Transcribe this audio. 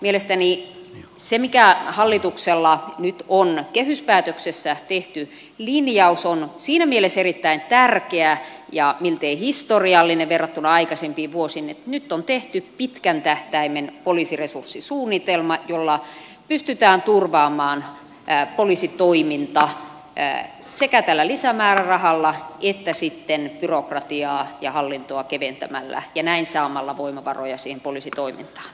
mielestäni se hallituksen linjaus mikä on kehyspäätöksessä tehty on siinä mielessä erittäin tärkeä ja miltei historiallinen verrattuna aikaisempiin vuosiin että nyt on tehty pitkän tähtäimen poliisiresurssisuunnitelma jolla pystytään turvaamaan poliisitoiminta sekä tällä lisämäärärahalla että byrokratiaa ja hallintoa keventämällä ja saamalla näin voimavaroja siihen poliisitoimintaan